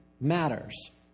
matters